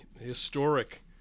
historic